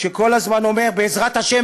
שכל הזמן אומר "בעזרת השם",